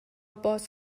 باز